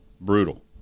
Brutal